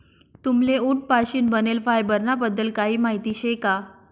तुम्हले उंट पाशीन बनेल फायबर ना बद्दल काही माहिती शे का?